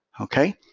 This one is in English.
Okay